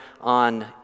on